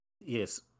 Yes